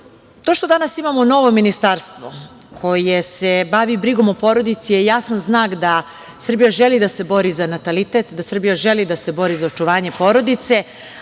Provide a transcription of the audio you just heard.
što danas imamo novo ministarstvo koje se bavi brigom o porodici je jasan znak da Srbija želi da se bori za natalitet, da Srbija želi da se bori za očuvanje porodice.